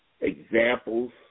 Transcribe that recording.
examples